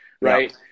Right